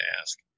ask